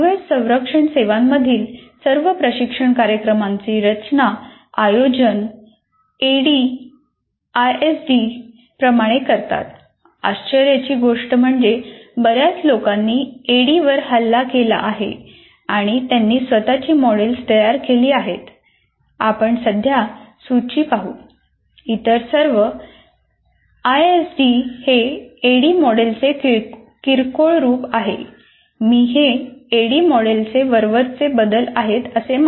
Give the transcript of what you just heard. संरक्षण सेवांमधील मधील सर्व प्रशिक्षण कार्यक्रमांचे रचना आणि आयोजन एडीआयई आयएसडी इतर सर्व आयएसडी हे ऍडी मॉडेलचे किरकोळ रूप आहेत मी हे ऍडी मॉडेलचे वरवरचे बदल आहेत असे मानतो